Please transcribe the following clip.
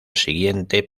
siguiente